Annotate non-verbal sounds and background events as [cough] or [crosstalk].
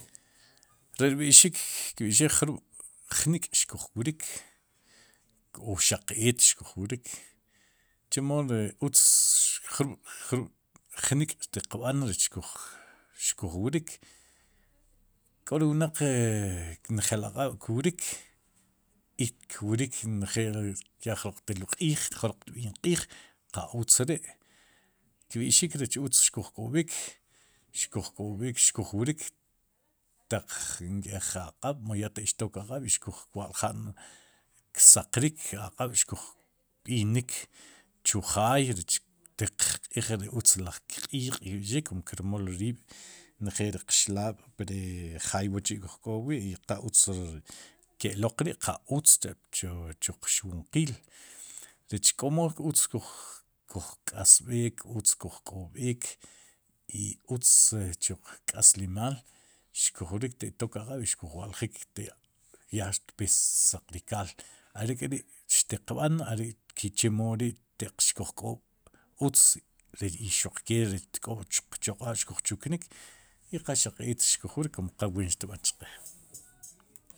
Ri xb'i'xik kb'ixik jrub' xkuj wrik o xaq eet xkuj wrik, chemo ri utz jrub' jrub' jnik' xtiq b'aan rech xkuj wrik, k'o ri wnaq e [hesitation] njeel aq'ab'kwrik, i kwrik ya njeel jroq ya teluul q'iij jroq tb'iin q'iij, qa utz ri' kb'ixik rech utz xkoj k'ob'ik, xkoj k'ob'ik xkuj wrik taq nk'ej aq'ab', mu yaa taq xtok aq'ab' i xkuj wa'ljan ksaqrik aq'ab' xkuj b' inik chujaay rech ixtiq jq'iij, ri utz laj kq'iiq' kb'ixik kum ki rmool riib' njeel riq xlaab' pri jaay wa'chi' oj k'o wi' i qa utz ke'loq ri', qa utz cha'chu, chuqxwinqiil, rech k'omo utz koj k'asb'ik, utz kuj k'ob'iik i utz chu qk'aslimaal xkuj wrik ataq xtok aq'ab' i xkuj wa'ljik te'ya xtpe saqrikaal, are' are'k'ri'xtiq b'aan are' kichemo ri' teq xkuj k'oob' utz, i xuq kee', tk'oob'qchoq'aab' xkuj chuknik i qa xaq eet xkuj wrik, kum qa ween xtb'an chqe.